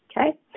okay